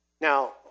Now